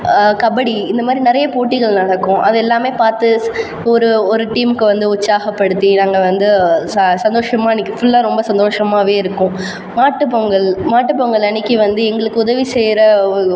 கபடி இந்த மாதிரி நிறைய போட்டிகள் நடக்கும் அது எல்லாமே பாத்து ஒரு ஒரு டீமுக்கு வந்து உற்சாகப்படுத்தி நாங்கள் வந்து ச சந்தோஷமாக அன்றைக்கி ஃபுல்லா ரொம்ப சந்தோஷமாகவே இருக்கும் மாட்டுப் பொங்கல் மாட்டுப் பொங்கல் அன்றைக்கி வந்து எங்களுக்கு உதவி செய்கிற